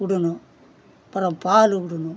விடுணும் அப்புறம் பால் விடுணும்